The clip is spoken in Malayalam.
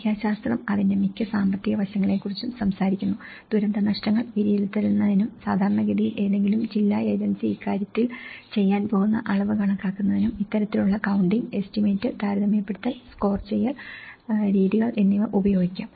സംഖ്യാശാസ്ത്രം അതിന്റെ മിക്ക സാമ്പത്തിക വശങ്ങളെക്കുറിച്ചും സംസാരിക്കുന്നു ദുരന്തനഷ്ടങ്ങൾ വിലയിരുത്തുന്നതിനും സാധാരണഗതിയിൽ ഏതെങ്കിലും ജില്ലാ ഏജൻസി ഇക്കാര്യത്തിൽ ചെയ്യാൻ പോകുന്ന അളവ് കണക്കാക്കുന്നതിനും ഇത്തരത്തിലുള്ള കൌണ്ടിംഗ് എസ്റ്റിമേറ്റ് താരതമ്യപ്പെടുത്തൽ സ്കോർ ചെയ്യൽ രീതികൾ എന്നിവ ഉപയോഗിക്കാം